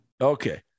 Okay